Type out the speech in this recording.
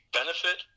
benefit